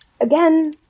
Again